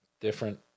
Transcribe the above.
different